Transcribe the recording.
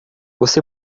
você